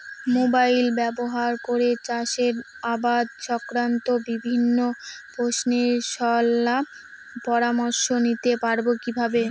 Mobile ব্যাবহার করে চাষের আবাদ সংক্রান্ত বিভিন্ন প্রশ্নের শলা পরামর্শ নিতে পারবো কিভাবে?